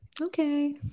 okay